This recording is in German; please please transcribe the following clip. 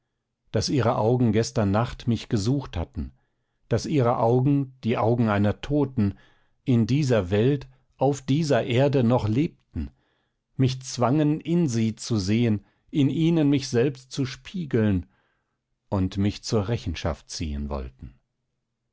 daß ihre augen gestern nacht mich gesucht hatten daß ihre augen die augen einer toten in dieser welt auf dieser erde noch lebten mich zwangen in sie zu sehen in ihnen mich selbst zu spiegeln und mich zur rechenschaft ziehen wollten